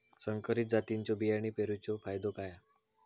संकरित जातींच्यो बियाणी पेरूचो फायदो काय?